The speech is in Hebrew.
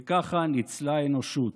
וככה ניצלה האנושות.